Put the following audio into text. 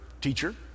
teacher